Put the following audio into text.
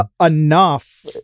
enough